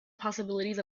possibilities